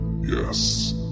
yes